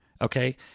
okay